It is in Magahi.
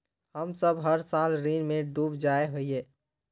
हम सब हर साल ऋण में डूब जाए हीये?